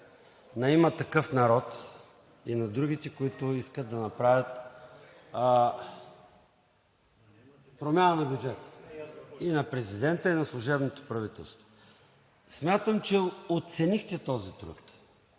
на „Има такъв народ“ и на другите, които искат да направят промяна на бюджета, и на президента, и на служебното правителство. Смятам, че оценихте този труд.